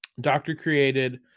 doctor-created